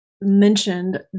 mentioned